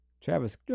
Travis